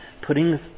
putting